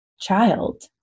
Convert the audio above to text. child